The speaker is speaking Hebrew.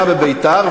היה בבית"ר,